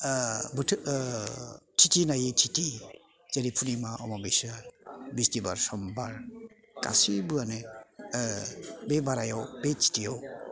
थिथि नायै थिथि जेरै पुर्णिमा अमाबैसा बिस्थिबार समबार गासैबोआनो बे बारायाव बे थिथियाव